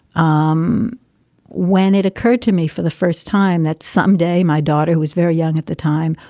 um when it occurred to me for the first time that someday my daughter was very young at the time,